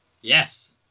Yes